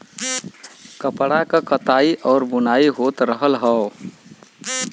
कपड़ा क कताई आउर बुनाई होत रहल हौ